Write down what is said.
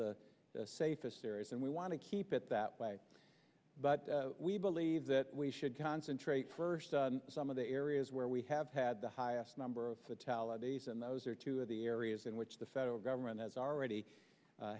the safest areas and we want to keep it that way but we believe that we should concentrate first some of the areas where we have had the highest number of fatalities and those are two of the areas in which the federal government has already